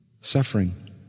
Suffering